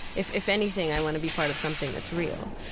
if if anything, i want to be part of something that's real,